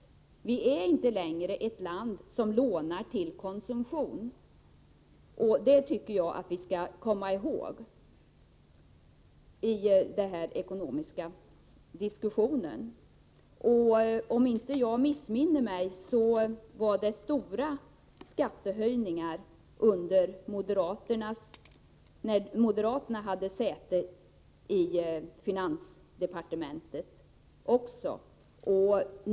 Sverige är inte längre ett land som lånar till konsumtion. Det tycker jag att vi skall komma ihåg i den ekonomiska diskussionen. Om jag inte missminner mig genomfördes stora skattehöjningar också under den tid moderaterna hade säte i finansdepartementet.